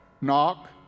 Knock